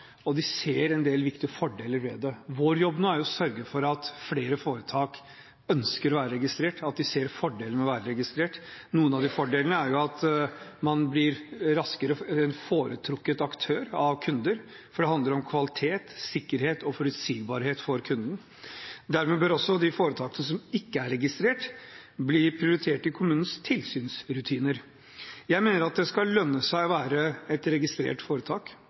og de ser en del viktige fordeler ved det. Vår jobb nå er å sørge for at flere foretak ønsker å være registrert, at de ser fordelene med å være registrert. Noen av fordelene er at man blir raskere en foretrukket aktør av kunder, for det handler om kvalitet, sikkerhet og forutsigbarhet for kunden. Dermed bør de foretakene som ikke er registrert, bli prioritert i kommunenes tilsynsrutiner. Jeg mener at det skal lønne seg å være et registrert foretak,